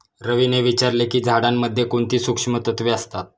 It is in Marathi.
रवीने विचारले की झाडांमध्ये कोणती सूक्ष्म तत्वे असतात?